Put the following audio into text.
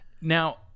Now